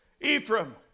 Ephraim